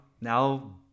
now